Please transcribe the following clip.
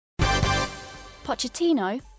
Pochettino